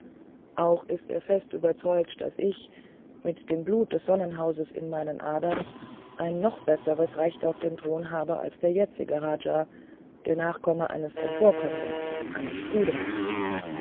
auch ist er fest überzeugt daß ich mit dem blut des sonnenhauses in meinen adern ein noch besseres recht auf den thron habe als der jetzige raja der nachkomme eines emporkömmlings eines cudra